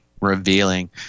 revealing